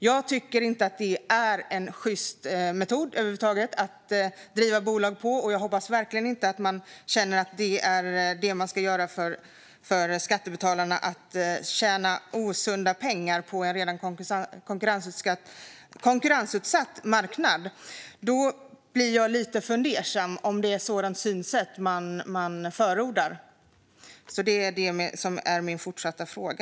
Jag tycker över huvud taget inte att det är ett sjyst sätt att driva bolag på, och jag hoppas verkligen inte att det är det man ska göra inför skattebetalarna, alltså tjäna osunda pengar på en redan konkurrensutsatt marknad. Jag blir lite fundersam om det är ett sådant synsätt som man förordar. Det är min fortsatta fråga.